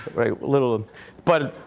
right little but